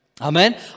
Amen